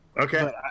Okay